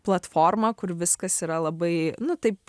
platformą kur viskas yra labai nu taip